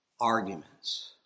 arguments